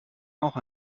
auch